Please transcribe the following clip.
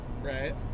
Right